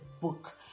book